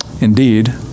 Indeed